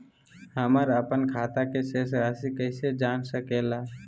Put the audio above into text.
हमर अपन खाता के शेष रासि कैसे जान सके ला?